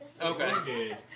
Okay